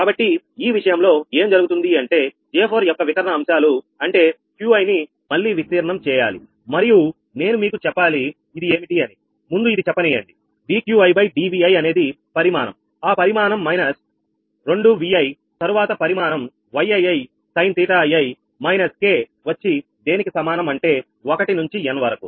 కాబట్టి ఈ విషయంలో ఏం జరుగుతుంది అంటే J4 యొక్క వికర్ణ అంశాలు అంటే Qi ని మళ్లీ విస్తీర్ణం చేయాలి మరియు నేను మీకు చెప్పాలి ఇది ఏమిటి అనిముందు ఇది చెప్పనీయండి dQi dVi అనేది పరిమాణంఆ పరిమాణం మైనస్ 2 Vi తరువాత పరిమాణం Yii sinƟii మైనస్ k వచ్చి దేనికి సమానం అంటే 1 నుంచి n వరకు